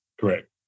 Correct